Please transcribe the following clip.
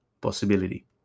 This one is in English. possibility